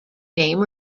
name